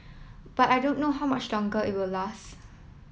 but I don't know how much longer it will last